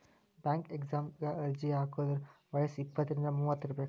bank ಎಕ್ಸಾಮಗ ಅರ್ಜಿ ಹಾಕಿದೋರ್ ವಯ್ಯಸ್ ಇಪ್ಪತ್ರಿಂದ ಮೂವತ್ ಇರಬೆಕ್